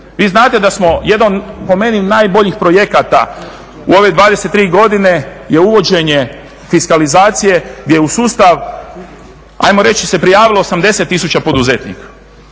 Vi znate da smo jedno po meni od najboljih projekata u ove 23 godine je uvođenje fiskalizacije gdje u sustav ajmo reći se prijavilo 80 000 poduzetnika.